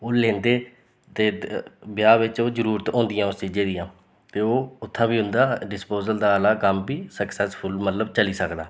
ओह् लेंदे ते ब्याह् बिच्च ओह् ज़रूरत होन्दियां ओस चीज़ दियां ते ओह् उत्थें बी उं'दा डिस्पोजल दा आह्ला कम्म बी सक्सेसफुल मतलब चली सकदा